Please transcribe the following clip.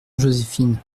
joséphine